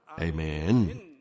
Amen